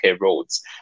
roads